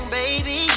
baby